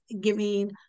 giving